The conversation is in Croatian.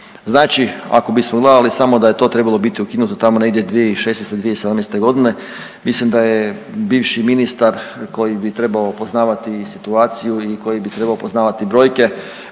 Znači ako bismo gledali samo da je to trebalo biti ukinuto tamo negdje 2016., 2017. g., mislim da je bivši ministar koji bi trebao poznavati situaciju i koji bi trebao poznavati brojke